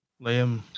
Liam